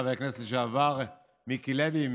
חבר כנסת לשעבר מיקי לוי,